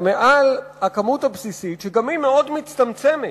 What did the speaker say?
גם הכמות הבסיסית, מאוד מצטמצמת,